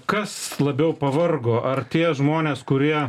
kas labiau pavargo ar tie žmonės kurie